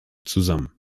zusammen